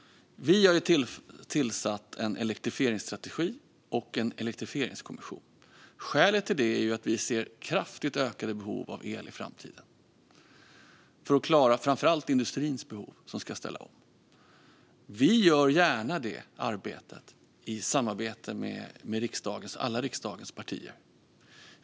Vi har tagit fram en elektrifieringsstrategi och tillsatt en elektrifieringskommission. Skälet till det är att vi ser kraftigt ökade behov av el i framtiden - framför allt för att klara behoven inom industrin, som ska ställa om. Vi gör gärna det arbetet i samarbete med alla riksdagens partier.